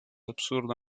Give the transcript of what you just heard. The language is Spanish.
absurdo